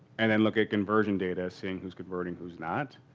and then look at conversion data seeing who's converting, who's not.